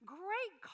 great